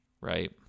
right